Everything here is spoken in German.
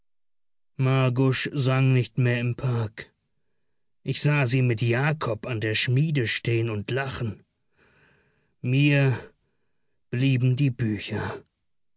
margusch sang nicht mehr im park ich sah sie mit jakob an der schmiede stehen und lachen mir blieben die bücher